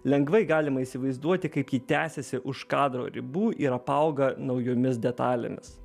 lengvai galima įsivaizduoti kaip ji tęsiasi už kadro ribų ir apauga naujomis detalėmis